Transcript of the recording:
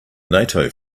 nato